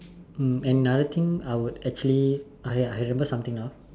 um another thing I would actually uh ya I remember something now